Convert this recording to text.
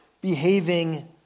behaving